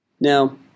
Now